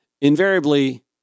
invariably